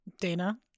Dana